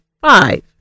five